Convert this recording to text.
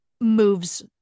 moves